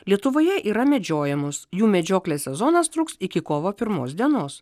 lietuvoje yra medžiojamos jų medžioklės sezonas truks iki kovo pirmos dienos